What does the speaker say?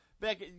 Beck